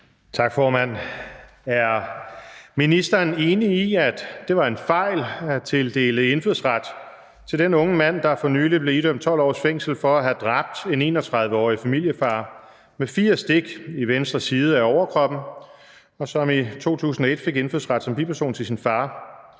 (DF): Er ministeren enig i, at det var en fejl at tildele indfødsret til den unge mand, der for nylig blev idømt 12 års fængsel for at have dræbt en 31-årig familiefar med fire stik i venstre side af overkroppen, og som i 2001 fik indfødsret som biperson til sin far,